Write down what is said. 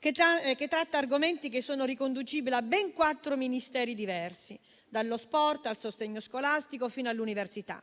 che tratta argomenti riconducibili a ben quattro Ministeri diversi: dallo sport al sostegno scolastico fino all'università.